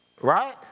Right